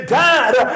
died